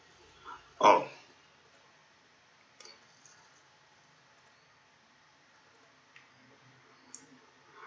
oh